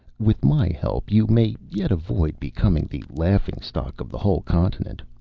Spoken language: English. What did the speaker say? with my help, you may yet avoid becoming the laughing stock of the whole continent.